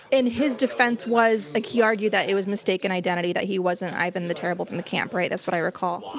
and his defense was, like, he argued that it was mistaken identity, that he wasn't ivan the terrible from the camp, right? that's what i recall.